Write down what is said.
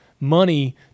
money